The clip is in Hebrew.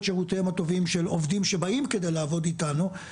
שירותיהם הטובים של עובדים שבאים כדי לעבוד איתנו.